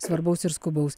svarbaus ir skubaus